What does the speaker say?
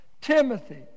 Timothy